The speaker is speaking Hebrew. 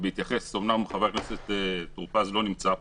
אומנם חבר הכנסת טור-פז לא נמצא פה,